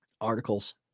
articles